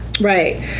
Right